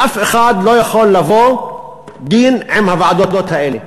ואף אחד לא יכול לבוא בדין עם הוועדות האלה.